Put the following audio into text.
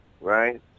right